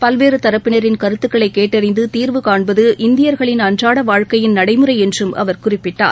பல்வேறுதரப்பினரின் கருத்துக்களைகேட்டறிந்துதீர்வு காண்பது இந்தியா்களின் அன்றாடவாழ்க்கையின் நடைமுறைஎன்றும் அவர் குறிப்பிட்டார்